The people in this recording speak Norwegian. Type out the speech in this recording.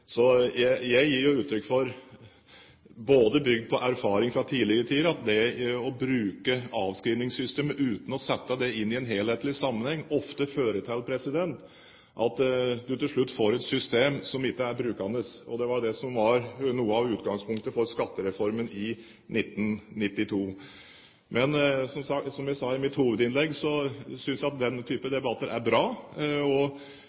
Så jeg vil gi uttrykk for, bygd på erfaringer fra tidligere tider, at det å bruke avskrivningssystemet uten å sette det inn i en helhetlig sammenheng ofte fører til at du til slutt får et system som ikke er brukbart. Det var noe av utgangspunktet for skattereformen i 1992. Men som jeg sa i mitt hovedinnlegg, synes jeg denne typen debatter er bra. Og